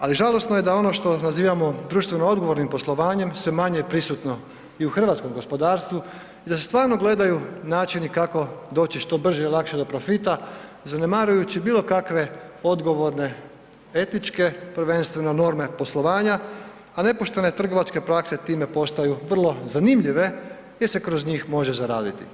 Ali žalosno je da ono što nazivamo društveno odgovornim poslovanjem je sve manje prisutno i hrvatskom gospodarstvu i da se stvarno gledaju načini kako doći što brže i lakše do profita zanemarujući bilo kakve odgovorne etičke, prvenstveno norme poslovanja, a nepoštene trgovačke prakse time postaju vrlo zanimljive jer se kroz njih može zaraditi.